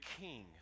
king